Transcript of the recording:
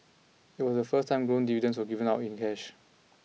it was the first time growth dividends were given out in cash